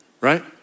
right